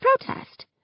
protest